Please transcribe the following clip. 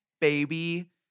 baby